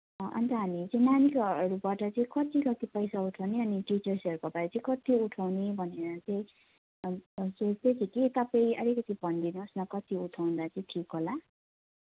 अन्त हामी चाहिँ नानीकोहरूबाट चाहिँ कति कति पैसा उठाउने अनि टिचर्सहरूकोबाट चाहिँ कति उठाउने भनेर चाहिँ सोच्दैछु कि तपाईँ अलिकति भनिदिनुहोस् न कति उठाउँदा चाहिँ ठिक होला